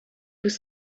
was